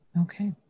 Okay